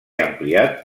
ampliat